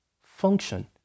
function